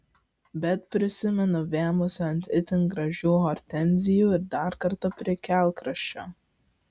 bet prisimenu vėmusi ant itin gražių hortenzijų ir dar kartą prie kelkraščio